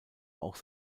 auch